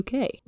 UK